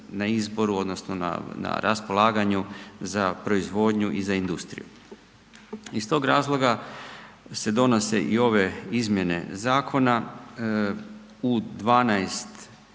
na izboru odnosno na raspolaganju za proizvodnju i za industriju. Iz tog razloga se donose i ove izmjene zakona u 12